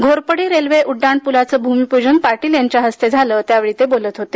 Ghorpadi railway उड्डाणपूलाचं भूमिपूजन पाटील यांच्या हस्ते झालं त्या वेळी ते बोलत होते